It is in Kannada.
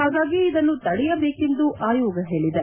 ಹಾಗಾಗಿ ಇದನ್ನು ತಡೆಯಬೇಕೆಂದು ಆಯೋಗ ಹೇಳಿದೆ